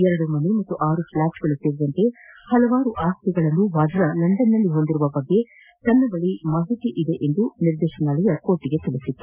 ಎರಡು ಮನೆ ಮತ್ತು ಆರು ಫ್ಲಾಟ್ ಗಳು ಸೇರಿದಂತೆ ಹಲವಾರು ಆಸ್ತಿಗಳನ್ನು ವಾದ್ರಾ ಲಂಡನ್ ನಲ್ಲಿ ಹೊಂದಿರುವ ಬಗ್ಗೆ ತನ್ನ ಬಳಿ ಮಾಹಿತಿ ಇದೆ ಎಂದು ನಿರ್ದೇಶನಾಲಯ ನ್ಯಾಯಾಲಯಕ್ನೆ ತಿಳಿಸಿತ್ತು